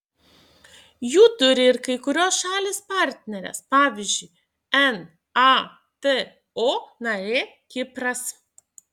jų turi ir kai kurios šalys partnerės pavyzdžiui nato narė kipras